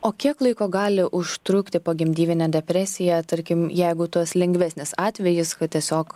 o kiek laiko gali užtrukti pogimdyvinė depresija tarkim jeigu tuos lengvesnis atvejis kad tiesiog